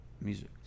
music